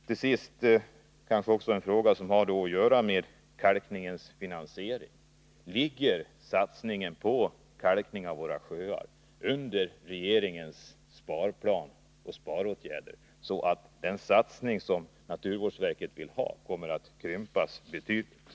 Till sist en fråga som har att göra med kalkningens finansiering: Faller satsningen på kalkning av våra sjöar inom regeringens sparplan, så att den satsning som naturvårdsverket vill ha kommer att krympas avsevärt?